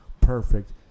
perfect